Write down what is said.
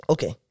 Okay